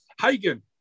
Hagen